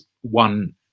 one